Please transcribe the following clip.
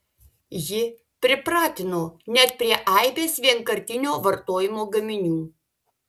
ji pripratino net prie aibės vienkartinio vartojimo gaminių